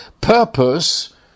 purpose